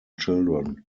children